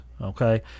okay